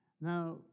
Now